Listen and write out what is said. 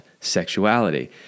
sexuality